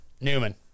Newman